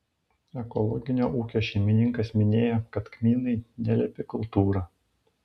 ekologinio ūkio šeimininkas minėjo kad kmynai nelepi kultūra